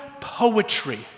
poetry